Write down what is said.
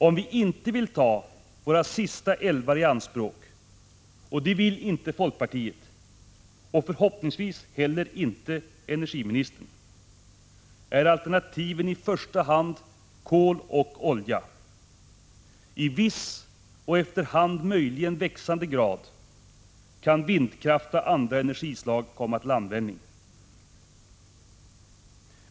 Om vi inte vill ta våra sista älvar i anspråk, och det vill inte folkpartiet och förhoppningsvis inte heller energiministern, är alternativen i första hand kol och olja. I viss, och efter hand möjligen växande, grad kan vindkraft och andra energislag komma till användning.